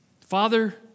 Father